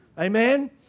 Amen